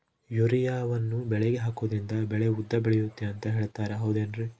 ಯೂರಿಯಾವನ್ನು ಬೆಳೆಗೆ ಹಾಕೋದ್ರಿಂದ ಬೆಳೆ ಉದ್ದ ಬೆಳೆಯುತ್ತೆ ಅಂತ ಹೇಳ್ತಾರ ಹೌದೇನ್ರಿ?